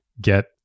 get